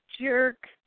jerk